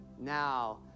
now